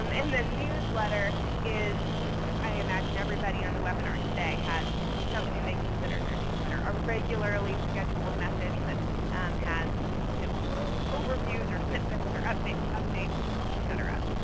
um and the newsletter is i imagine everybody on the webinar today has something they consider their newsletter a regularly scheduled message that has you know overviews, or snippets, or updates, etc.